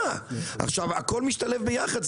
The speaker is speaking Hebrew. הכל משתלב יחד.